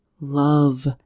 love